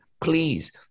please